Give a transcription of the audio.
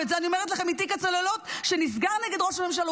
ואת זה אני אומרת לכם מתיק הצוללות שנסגר נגד ראש הממשלה,